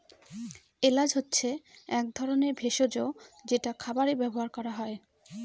এলাচ হচ্ছে এক ধরনের ভেষজ যেটা খাবারে ব্যবহার করা হয়